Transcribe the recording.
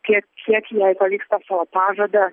tiek kiek jai pavyks tą savo pažadą